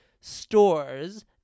stores